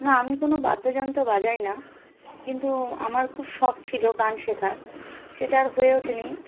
না আমি কোনো বাদ্যযন্ত্র বাজাই না কিন্তু আমার খুব শখ ছিল গান শেখার সেটা আর হয়ে ওঠেনি